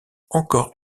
encore